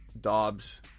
Dobbs